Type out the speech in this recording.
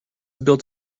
built